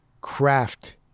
craft